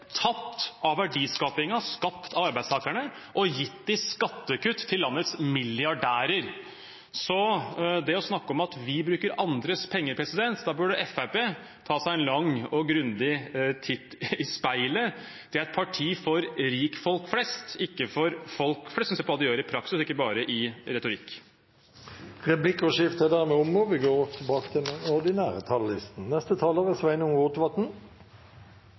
av verdiskapingen skapt av arbeidstakerne og gitt i skattekutt til landets milliardærer. Når man snakker om at vi bruker andres penger, burde Fremskrittspartiet ta seg en lang og grundig titt i speilet. De er et parti for rikfolk flest, ikke for folk flest, så en får se på hva de gjør i praksis, ikke i retorikk. Replikkordskiftet er omme. Eit statsbudsjett er ei alvorleg sak for arbeidsplassar, for skule, og for helsevesen, og alt det er